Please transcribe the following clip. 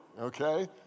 Okay